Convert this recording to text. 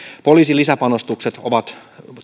poliisin lisäpanostukset ovat